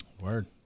Word